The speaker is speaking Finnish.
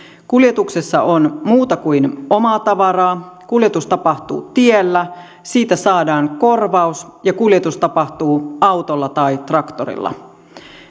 kuljetuksessa on muuta kuin omaa tavaraa kuljetus tapahtuu tiellä siitä saadaan korvaus ja kuljetus tapahtuu autolla tai traktorilla